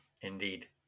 indeed